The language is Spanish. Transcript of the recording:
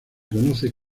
conoce